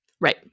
Right